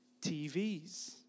TVs